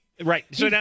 Right